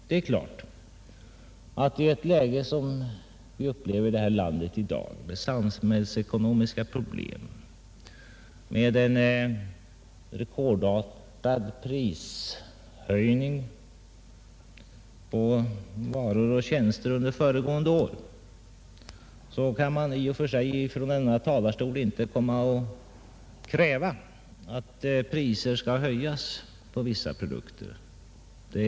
Det är klart att i ett läge som vi upplever i det här landet i dag, med samhällsekonomiska problem och en rekordartad prishöjning på varor och tjänster under föregående år, kan man från denna talarstol inte kräva att priserna skall höjas på vissa produkter.